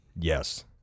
Yes